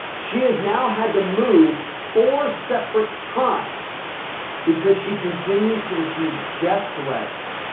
she has now had to move four separate times because she continues to receive death threats,